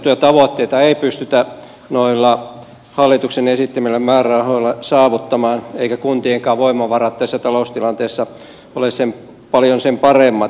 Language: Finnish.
asetettuja tavoitteita ei pystytä noilla hallituksen esittämillä määrärahoilla saavuttamaan eivätkä kuntienkaan voimavarat tässä taloustilanteessa ole paljon sen paremmat